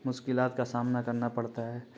مشکلات کا سامنا کرنا پڑتا ہے